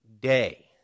day